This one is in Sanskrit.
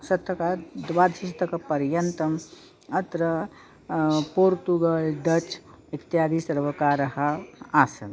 शतकात् द्वादश शतकपर्यन्तम् अत्र पोर्तुगल् डच् इत्यादि सर्वकारः आसन्